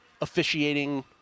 officiating